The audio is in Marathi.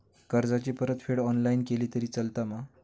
कर्जाची परतफेड ऑनलाइन केली तरी चलता मा?